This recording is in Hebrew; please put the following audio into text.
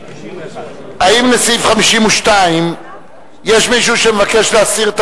האם לסעיף 52 יש מישהו שמבקש להסיר את